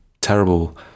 terrible